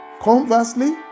Conversely